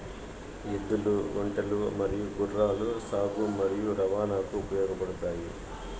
ఎద్దులు, ఒంటెలు మరియు గుర్రాలు సాగు మరియు రవాణాకు ఉపయోగపడుతాయి